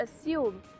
assume